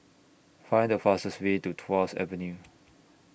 Find The fastest Way to Tuas Avenue